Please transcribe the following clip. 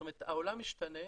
זאת אומרת העולם משתנה,